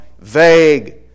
vague